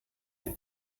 ein